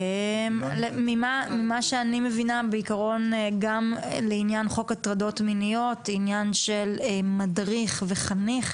ממה שאני מבינה גם לעניין חוק הטרדות מיניות בנוגע למדריך וחניך,